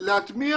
להטמיע